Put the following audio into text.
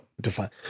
define